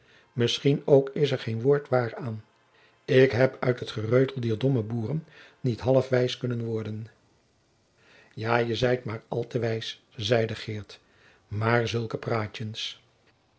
misschien ook is er geen woord waar aan ik heb uit het gereutel dier domme boeren niet half wijs kunnen worden ja je zijt maar al te wijs zeide geert maar zulke praatjens